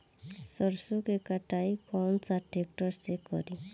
सरसों के कटाई कौन सा ट्रैक्टर से करी?